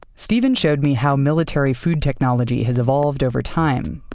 stephen showed me how military food technology has evolved over time.